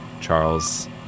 Charles